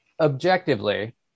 Objectively